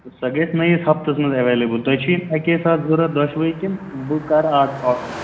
سۄ گژھِ نٔیِس ہفتَس منٛز ایٚوَیلیبُل تۄہہِ چھِ یِم اَکۍ ساتہٕ ضروٗرت دۄشوٕے کِنہٕ بہٕ کَرٕ اَکھ آرڈَر